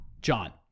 John